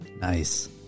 Nice